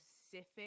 specific